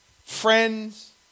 friends